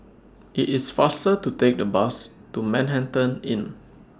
IT IS faster to Take The Bus to Manhattan Inn